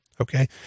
okay